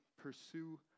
Pursue